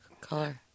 color